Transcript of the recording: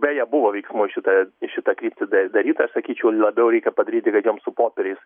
beje buvo veiksmų į šitą į šitą kryptį da daryta aš sakyčiau labiau reikia padaryti kad jiems su popieriais